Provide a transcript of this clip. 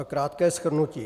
Krátké shrnutí.